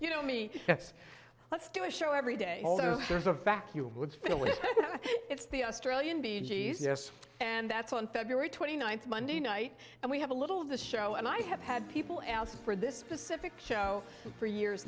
you know me yes let's do a show every day there's a vacuum would fill with it's the australian bee gee's yes and that's on february twenty ninth monday night and we have a little of the show and i have had people ask for this specific show for years